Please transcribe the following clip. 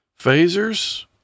phasers